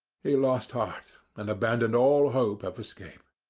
he lost heart, and abandoned all hope of escape.